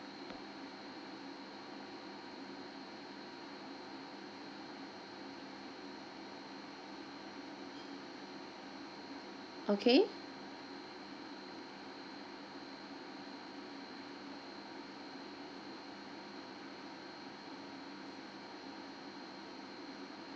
okay